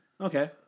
Okay